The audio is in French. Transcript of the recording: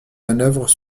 manœuvres